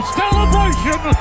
celebration